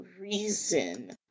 reason